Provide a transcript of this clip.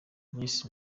miss